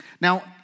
Now